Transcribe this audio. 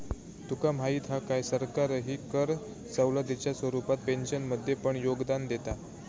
तुका माहीत हा काय, सरकारही कर सवलतीच्या स्वरूपात पेन्शनमध्ये पण योगदान देता